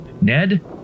Ned